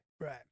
Right